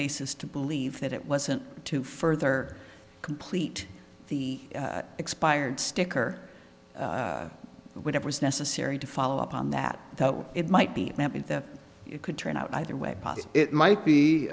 basis to believe that it wasn't to further complete the expired sticker whatever's necessary to follow up on that thought it might be that it could turn out either way it might be